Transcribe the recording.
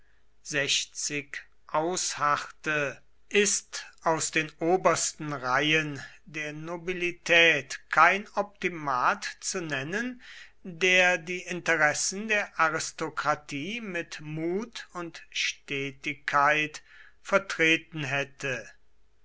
ausharrte ist aus den obersten reihen der nobilität kein optimat zu nennen der die interessen der aristokratie mit mut und stetigkeit vertreten hätte